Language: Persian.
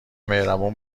مهربون